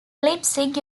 leipzig